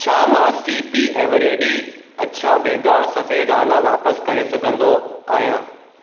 छा मां C P Eveready अछा बेदा सफ़ेद आना वापसि करे सघंदो आहियां